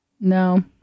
No